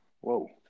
Whoa